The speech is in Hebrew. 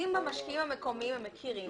אם את המשקיעים המקומיים הם מכירים,